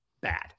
bad